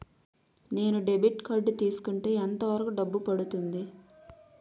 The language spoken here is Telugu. నేను డెబిట్ కార్డ్ తీసుకుంటే ఎంత వరకు డబ్బు పడుతుంది?